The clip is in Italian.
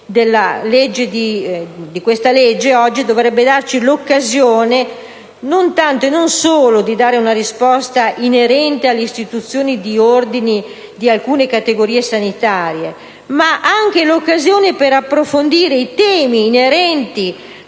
di questa normativa oggi dovrebbe darci l'occasione non tanto e non solo di dare una risposta inerente all'istituzione di ordini di alcune categorie sanitarie, ma anche per approfondire i temi inerenti